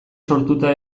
sortuta